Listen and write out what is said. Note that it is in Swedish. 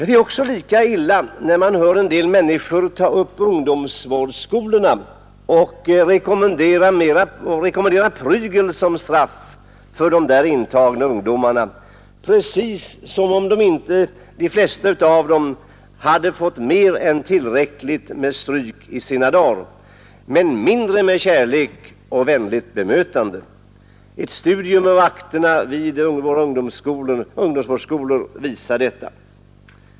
Det är också lika illa när man hör en del människor ta upp ungdomsvårdsskolorna och rekommendera prygel som straff för de där intagna ungdomarna — precis som om de flesta av dem inte hade fått mer än tillräckligt med stryk i sina dagar, men mindre av kärlek och vänligt bemötande. Ett studium av akterna vid våra ungdomsvårdsskolor visar detta.